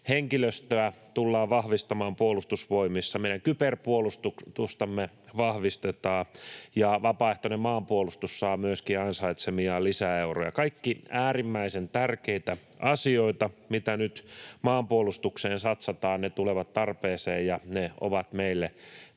henkilöstöä tullaan vahvistamaan Puolustusvoimissa, meidän kyberpuolustustamme vahvistetaan ja vapaaehtoinen maanpuolustus saa myöskin ansaitsemiaan lisäeuroja. Kaikki äärimmäisen tärkeitä asioita, mitä nyt maanpuolustukseen satsataan. Ne tulevat tarpeeseen ja ne ovat meille sekä